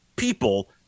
people